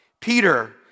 Peter